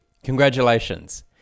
congratulations